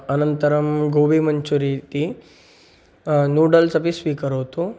अनन्तरं गोबिमञ्चूरि इति नूडल्स् अपि स्वीकरोतु